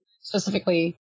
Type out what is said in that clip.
Specifically